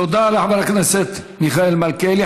תודה לחבר הכנסת מיכאל מלכיאלי.